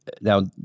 now